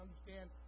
understand